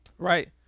right